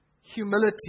humility